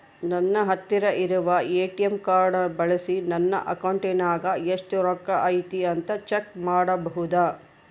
ನನ್ನ ಹತ್ತಿರ ಇರುವ ಎ.ಟಿ.ಎಂ ಕಾರ್ಡ್ ಬಳಿಸಿ ನನ್ನ ಅಕೌಂಟಿನಾಗ ಎಷ್ಟು ರೊಕ್ಕ ಐತಿ ಅಂತಾ ಚೆಕ್ ಮಾಡಬಹುದಾ?